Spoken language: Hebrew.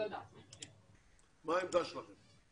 מה העמדה שלכם?